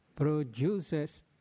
Produces